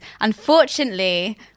Unfortunately